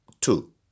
Two